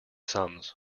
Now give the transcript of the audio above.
sums